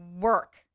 work